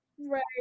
right